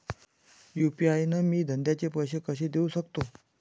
UPI न मी धंद्याचे पैसे कसे देऊ सकतो?